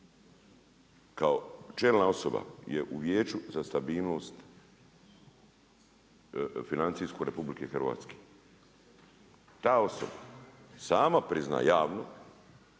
kao čelna osoba je u Vijeću za stabilnost financijsko RH. Ta osoba sama priznaje javno